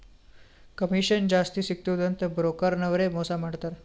commission ಜಾಸ್ತಿ ಸಿಗ್ತುದ ಅಂತ್ ಬ್ರೋಕರ್ ನವ್ರೆ ಮೋಸಾ ಮಾಡ್ತಾರ್